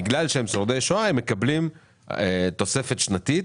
בגלל שהם שורדי שואה הם מקבלים תוספת שנתית,